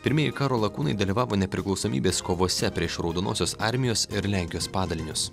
pirmieji karo lakūnai dalyvavo nepriklausomybės kovose prieš raudonosios armijos ir lenkijos padalinius